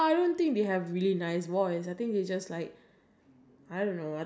not like your part when because you doing volleyball as A C_C_A